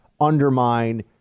undermine